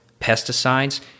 pesticides